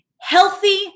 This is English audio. Healthy